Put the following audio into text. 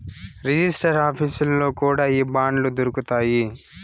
register ఆఫీసుల్లో కూడా ఈ బాండ్లు దొరుకుతాయి